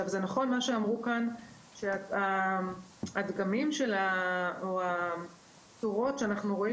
זה נכון מה שאמרו כאן שהדגמים או הצורות שאנחנו רואים